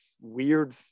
weird